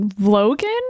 Logan